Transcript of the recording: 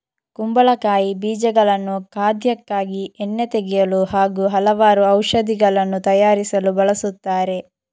ಕುಂಬಳಕಾಯಿ ಬೀಜಗಳನ್ನು ಖಾದ್ಯಕ್ಕಾಗಿ, ಎಣ್ಣೆ ತೆಗೆಯಲು ಹಾಗೂ ಹಲವಾರು ಔಷಧಿಗಳನ್ನು ತಯಾರಿಸಲು ಬಳಸುತ್ತಾರೆ